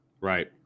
Right